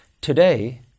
Today